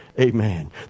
Amen